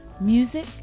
music